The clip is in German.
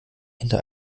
hinter